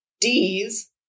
D's